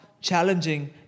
challenging